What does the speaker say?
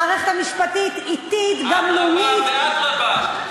המערכת המשפטית אטית, גמלונית, אדרבה ואדרבה.